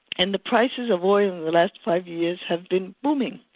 and the prices of oil in the last five years have been booming,